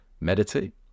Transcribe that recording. meditate